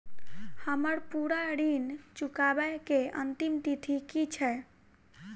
हम्मर पूरा ऋण चुकाबै केँ अंतिम तिथि की छै?